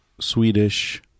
Swedish-